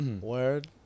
Word